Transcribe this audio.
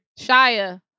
Shia